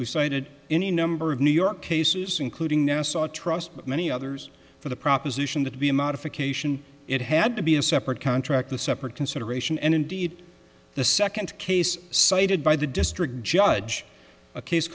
we cited any number of new york cases including nassau trust but many others for the proposition that to be a modification it had to be a separate contract the separate consideration and indeed the second case cited by the district judge a case